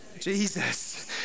Jesus